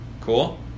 Cool